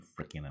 freaking